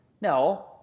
no